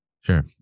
Sure